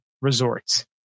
Resorts